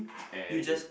and it